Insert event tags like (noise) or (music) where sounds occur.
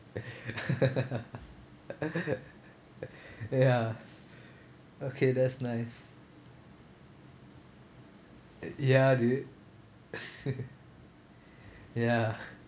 (laughs) ya okay that's nice ya dude (laughs) ya